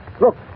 Look